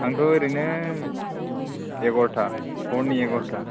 आंथ' ओरैनो एघार'ता हरनि एघार'ता